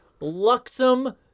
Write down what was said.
Luxem